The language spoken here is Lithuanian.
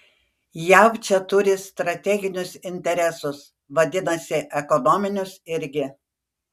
jav čia turi strateginius interesus vadinasi ekonominius irgi